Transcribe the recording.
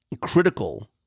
critical